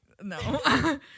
No